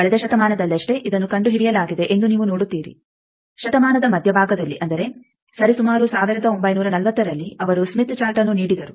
ಕಳೆದ ಶತಮಾನದಲ್ಲಷ್ಟೆ ಇದನ್ನು ಕಂಡುಹಿಡಿಯಲಾಗಿದೆ ಎಂದು ನೀವು ನೋಡುತ್ತೀರಿ ಶತಮಾನದ ಮಧ್ಯಭಾಗದಲ್ಲಿ ಅಂದರೆ ಸರಿಸುಮಾರು 1940ರಲ್ಲಿ ಅವರು ಸ್ಮಿತ್ ಚಾರ್ಟ್ಅನ್ನು ನೀಡಿದರು